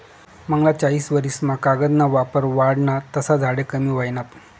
मांगला चायीस वरीस मा कागद ना वापर वाढना तसा झाडे कमी व्हयनात